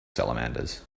salamanders